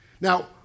Now